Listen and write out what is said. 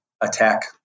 attack